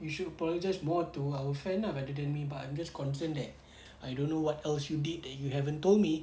you should apologise more to our friend ah rather than me but I'm just concerned that I don't know what else you did that you haven't told me